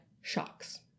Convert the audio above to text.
shocks